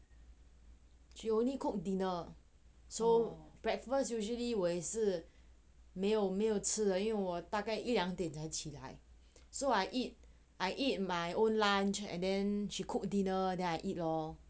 she only cook dinner so breakfast usually 我也是没有没有吃了因为我大概一两点才起来 so I eat I eat my own lunch and then she cook dinner then I eat lor